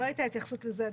לא הייתה התייחסות לזה.